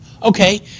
Okay